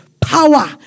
power